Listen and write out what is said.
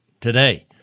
today